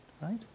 Right